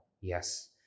yes